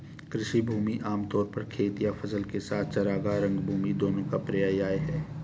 कृषि भूमि आम तौर पर खेत या फसल के साथ चरागाह, रंगभूमि दोनों का पर्याय है